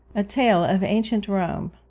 a tale of ancient rome.